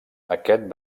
aquest